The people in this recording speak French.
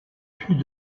plus